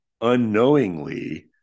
unknowingly